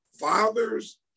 fathers